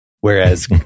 Whereas